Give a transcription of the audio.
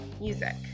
Music